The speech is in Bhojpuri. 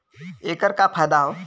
ऐकर का फायदा हव?